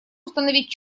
установить